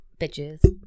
bitches